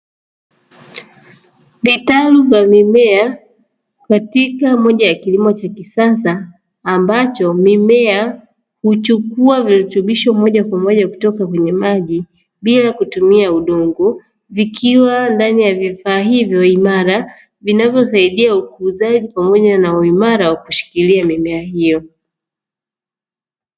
Vitalu vya mimea katika moja ya kilimo cha kisasa, ambacho mimea huchukua virutubisho moja kwa moja kwenye maji bila kutumia udongo, vikiwa ndani ya vifaa hivyo imara vinavyosaidia ukuzaji pamoja na uimara katika kushukilia mimea hiyo.